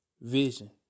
vision